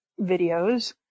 videos